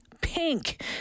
pink